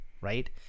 right